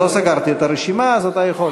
אני לא סגרתי את הרשימה, אז אתה יכול.